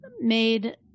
made